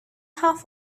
half